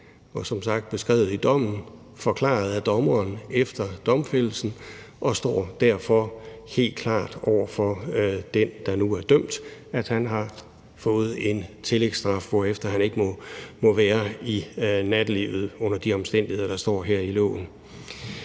er som sagt beskrevet i dommen, forklaret af dommeren efter domfældelsen, og det står derfor helt klart over for den, der nu er dømt, at han har fået en tillægsstraf, hvorefter han ikke må være i nattelivet under de omstændigheder, der står i loven.